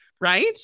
right